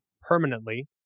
permanently